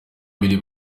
abiri